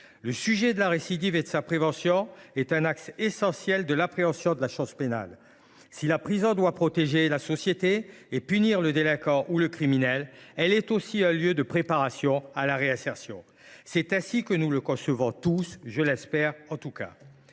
La question de la récidive et de sa prévention est un axe essentiel de l’appréhension de la chose pénale : si la prison doit protéger la société et punir le délinquant ou le criminel, elle est aussi un lieu de préparation à la réinsertion. C’est ainsi que nous la concevons tous, en tout cas